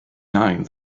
nine